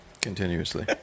Continuously